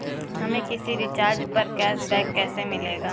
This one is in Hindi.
हमें किसी रिचार्ज पर कैशबैक कैसे मिलेगा?